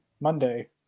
Monday